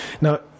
Now